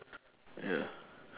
ya